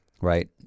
right